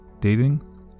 Dating